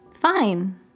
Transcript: Fine